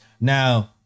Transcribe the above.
Now